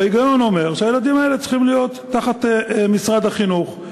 וההיגיון אומר שהילדים האלה צריכים להיות תחת משרד החינוך,